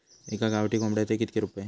एका गावठी कोंबड्याचे कितके रुपये?